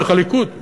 דרך הליכוד,